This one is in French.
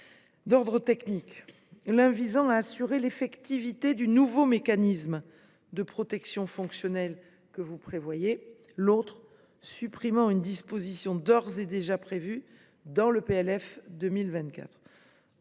d’ordre technique, l’un visant à assurer l’effectivité du nouveau mécanisme de protection fonctionnelle que vous prévoyez, l’autre supprimant une disposition déjà prévue par le projet